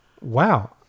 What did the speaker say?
Wow